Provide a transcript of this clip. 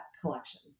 collection